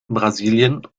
brasilien